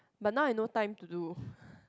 but now I no time to do